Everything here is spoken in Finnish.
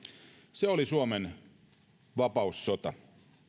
se oli suomen vapaussota